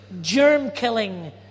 germ-killing